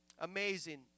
Amazing